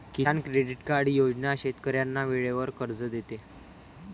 किसान credit card योजना शेतकऱ्यांना वेळेवर कर्ज देते